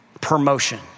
Promotion